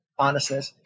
honestness